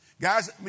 Guys